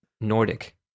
Nordic